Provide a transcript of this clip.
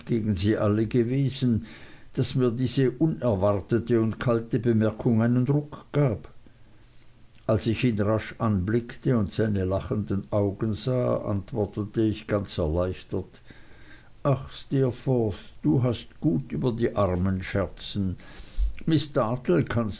gegen sie alle gewesen daß mir diese unerwartete und kalte bemerkung einen ruck gab aber als ich ihn rasch anblickte und seine lachenden augen sah antwortete ich ganz erleichtert ach steerforth du hast gut über die armen scherzen miß dartle kannst